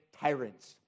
tyrants